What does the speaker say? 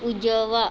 उजवा